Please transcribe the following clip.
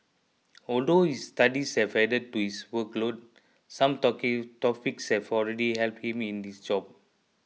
although his studies have added to his workload some topics have already helped him in his job